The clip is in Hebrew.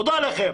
תודה לכם.